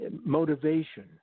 motivation